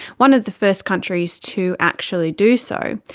one of the first countries to actually do so.